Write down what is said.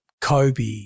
Kobe